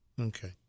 okay